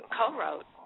co-wrote